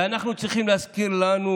ואנחנו צריכים יום-יום,